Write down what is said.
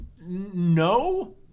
No